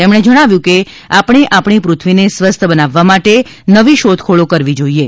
તેમણે જણાવ્યુ કે આપણે આપણી પૃથ્વીને સ્વસ્થ બનાવવા માટે નવી શોધખોળો કરવી જોઈએ